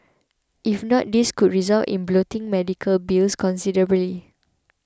if not this could result in bloating medical bills considerably